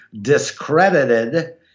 discredited